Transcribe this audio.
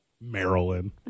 Maryland